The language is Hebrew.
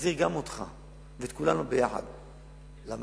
להחזיר גם אותך ואת כולנו ביחד למסורת,